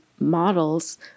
models